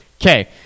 Okay